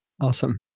Awesome